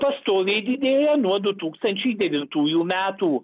pastoviai didėja nuo du tūkstančiai devintųjų metų